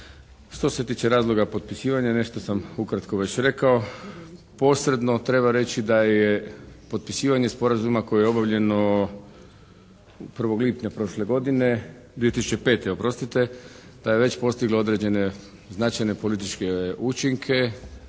Što se tiče razloga potpisivanja nešto sam ukratko već rekao. Posredno treba reći da je potpisivanje sporazuma koje je obavljeno 1. lipnja prošle godine, 2005. oprostite, da je već postiglo određene značajne političke učinke,